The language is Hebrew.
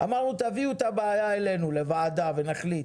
אמרנו תביאו את הבעיה אלינו לוועדה ונחליט.